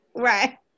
Right